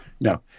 No